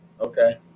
Okay